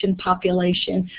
and population,